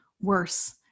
worse